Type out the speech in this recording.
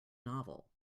novel